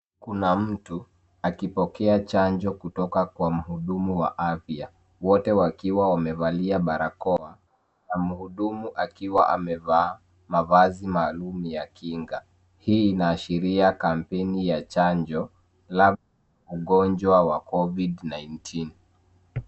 Kuna mtu akipokea chanjo kutoka kwa mhudumu wa afya. Wote wakiwa wamevalia barakoa na mhudumu akiwa amevaa mavazi maalum ya kinga. Hii inaashiria kampeni ya chanjo la ugonjwa wa covid-19.